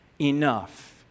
enough